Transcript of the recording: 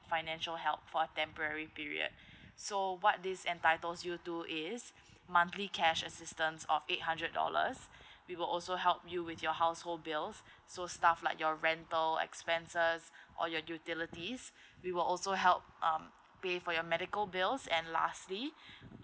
financial help for a temporary period so what this entitles you to is monthly cash assistance of eight hundred dollars we will also help you with your household bills so stuff like your rental expenses or your utilities we will also help um pay for your medical bills and lastly